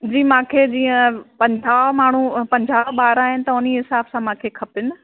जी मूंखे जीअं पंजाहु माण्हू पंजाहु ॿार आहिनि त उन हिसाब सां मूंखे खपनि